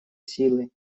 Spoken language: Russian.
силы